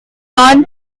lawn